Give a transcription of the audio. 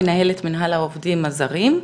מנהל מינהל העובדים הזרים.